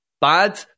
bad